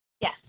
Yes